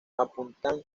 apuntan